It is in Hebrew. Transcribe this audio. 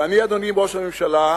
ואני, אדוני ראש הממשלה,